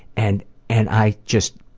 and and i just